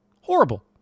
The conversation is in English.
Horrible